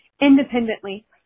Independently